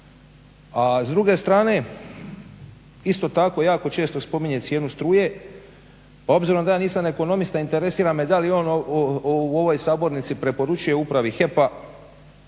A s druge strane isto tako jako često spominje cijenu struje, pa obzirom da ja nisam ekonomist interesira me da li on u ovoj sabornici preporučuje Upravi HEP-a